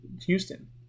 Houston